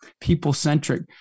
people-centric